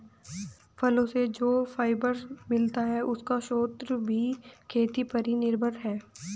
फलो से जो फाइबर मिलता है, उसका स्रोत भी खेती पर ही निर्भर है